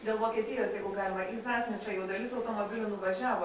dėl vokietijos jeigu galima į zasnicą jau dalis automobilių nuvažiavo